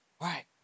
right